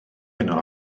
yno